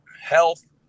health